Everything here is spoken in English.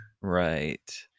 right